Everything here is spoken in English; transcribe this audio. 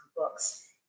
books